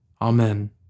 Amen